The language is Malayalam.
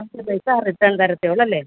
വാങ്ങിച്ച പൈസ റിട്ടേൺ തരത്തേ ഉള്ളൂ അല്ലേ